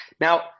Now